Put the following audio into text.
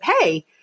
hey